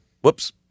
Whoops